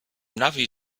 navi